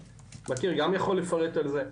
שמכיר גם יכול לפרט על זה,